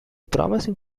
promising